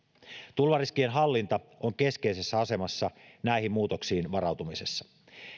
tulvariskien hallinta on keskeisessä asemassa näihin muutoksiin varautumisessa